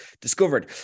discovered